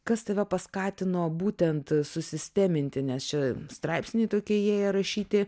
kas tave paskatino būtent susisteminti nes čia straipsniai tokie jie įrašyti